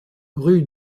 rue